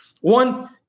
One